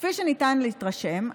כפי שניתן להתרשם,